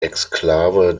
exklave